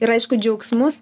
ir aišku džiaugsmus